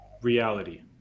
reality